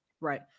Right